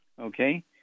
okay